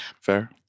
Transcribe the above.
Fair